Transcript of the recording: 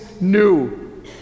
new